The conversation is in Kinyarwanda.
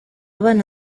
bana